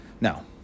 No